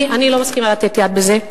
אני לא מסכימה לתת יד בזה.